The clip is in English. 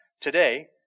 today